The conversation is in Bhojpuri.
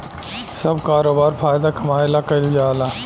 सब करोबार फायदा कमाए ला कईल जाल